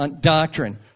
doctrine